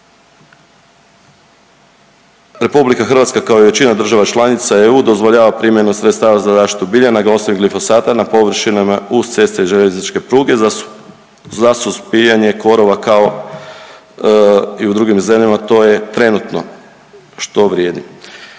površinama. RH kao i većina država članica EU dozvoljava primjenu sredstava za zaštitu bilja na osnovi glifosata na površinama uz ceste i željezničke pruge za suzbijanje korova kao i u drugim zemljama to je trenutno što vrijedi.